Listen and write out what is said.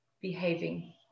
Behaving